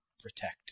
protect